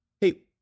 Hey